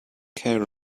care